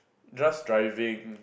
just driving